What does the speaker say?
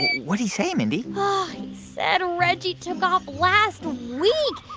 what'd he say, mindy? he said reggie took off last week.